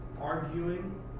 arguing